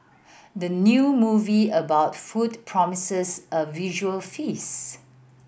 the new movie about food promises a visual feasts